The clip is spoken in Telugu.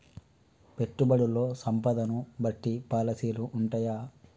పెట్టుబడుల్లో సంపదను బట్టి పాలసీలు ఉంటయా?